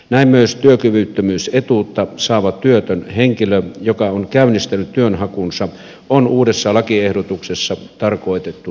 näin myös työkyvyttömyysetuutta saava työtön henkilö joka on käynnistänyt työnhakunsa on uudessa lakiehdotuksessa tarkoitettu työnhakija